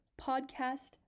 podcast